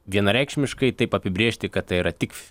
vienareikšmiškai taip apibrėžti kad tai yra tik